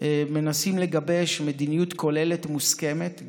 מנסים לגבש מדיניות כוללת מוסכמת,